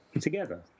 together